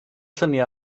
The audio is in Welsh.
lluniau